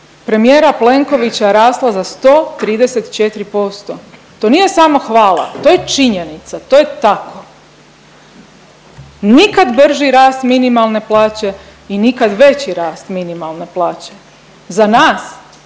premijera Plenkovića rasla za 134%, to nije samohvala, to je činjenica, to je tako. Nikad brži rast minimalne plaće i nikad veći rast minimalne plaće. za nas